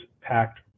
packed